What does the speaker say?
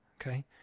Okay